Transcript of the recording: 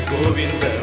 Govinda